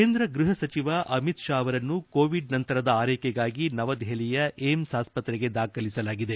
ಕೇಂದ್ರ ಗ್ಲಹ ಸಚಿವ ಅಮಿತ್ ಶಾ ಅವರನ್ನು ಕೋವಿಡ್ ನಂತರದ ಆರ್ಕೆಕೆಗಾಗಿ ನವ ದೆಹಲಿಯ ಏಮ್ಸ್ ಆಸ್ಪತ್ರೆಗೆ ದಾಖಲಿಸಲಾಗಿದೆ